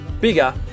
Bigger